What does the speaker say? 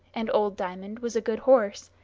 and old diamond was a good horse,